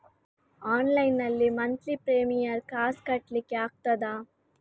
Online ನಲ್ಲಿ monthly premium ಕಾಸ್ ಕಟ್ಲಿಕ್ಕೆ ಆಗ್ತದಾ?